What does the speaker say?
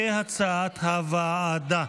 כהצעת הוועדה.